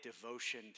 devotion